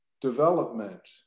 development